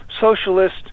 socialist